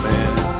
Man